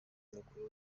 mukuru